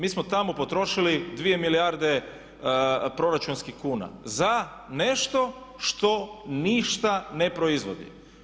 Mi smo tamo potrošili 2 milijarde proračunskih kuna za nešto što ništa ne proizvodi.